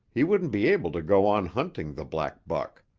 he wouldn't be able to go on hunting the black buck.